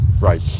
Right